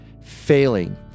failing